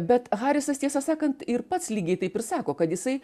bet harisas tiesą sakant ir pats lygiai taip ir sako kad jisai